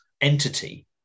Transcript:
entity